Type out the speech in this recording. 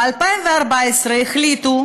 ב-2014 החליטו